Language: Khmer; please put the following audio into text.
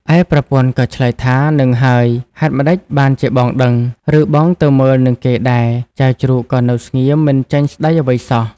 ឯប្រពន្ធក៏ឆ្លើយថា ហ្នឹងហើយ ហេតុម្ដេចបានជាបងដឹង ឬបងទៅមើលនឹងគេដែរ? ចៅជ្រូកក៏នៅស្ងៀមមិនចេញស្ដីអ្វីសោះ។